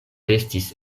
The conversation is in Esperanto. restis